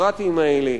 הביורוקרטים האלה,